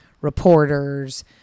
reporters